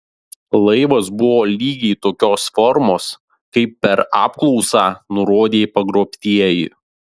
laivas buvo lygiai tokios formos kaip per apklausą nurodė pagrobtieji